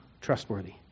trustworthy